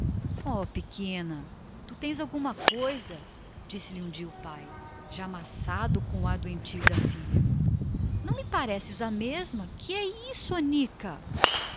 ó pequena tu tens alguma coisa disse-lhe um dia o pai já incomodado com aquele ar doentio da filha não me pareces a mesma que é isso anica